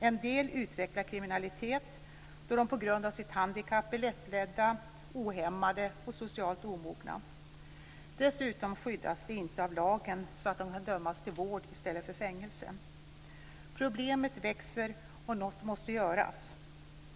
En del utvecklar kriminalitet, då de till följd av sitt handikapp är lättledda, ohämmade och socialt omogna. Dessutom skyddas de inte av lagen så att de kan dömas till vård i stället för till fängelse. Problemet växer och något måste göras.